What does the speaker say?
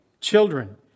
children